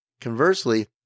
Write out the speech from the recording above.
Conversely